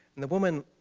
and the woman,